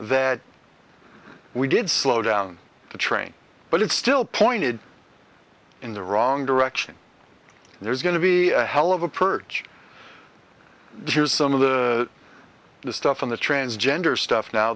that we did slow down the train but it still pointed in the wrong direction and there's going to be a hell of a purge here's some of the stuff in the transgender stuff now